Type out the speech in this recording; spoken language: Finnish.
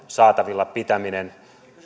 saatavilla pitäminen